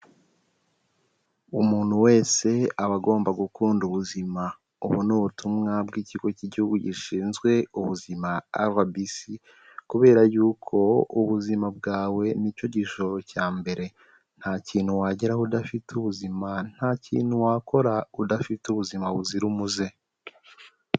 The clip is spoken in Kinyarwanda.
Umuntu wese aba agomba gukunda ubuzima, ubu ni ubutumwa bw'Ikigo cy'Igihugu gishinzwe Ubuzima RBC, kubera yuko ubuzima bwawe ni cyo gishoro cya mbere nta kintu wageraho udafite ubuzima, nta kintu wakora udafite ubuzima buzira umuze.